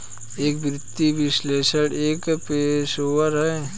एक वित्तीय विश्लेषक एक पेशेवर है